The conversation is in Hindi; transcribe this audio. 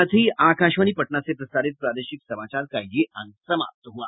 इसके साथ ही आकाशवाणी पटना से प्रसारित प्रादेशिक समाचार का ये अंक समाप्त हुआ